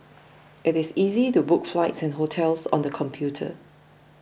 it is easy to book flights and hotels on the computer